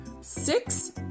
Six